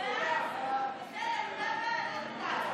את הצעת חוק השבות (תיקון, זכויות בני משפחה),